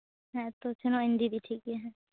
ᱦᱮᱸᱛᱚ ᱥᱮᱱᱚᱜ ᱟᱹᱧ ᱫᱤᱫᱤ ᱴᱷᱤᱠᱜᱮᱭᱟ ᱦᱮᱸ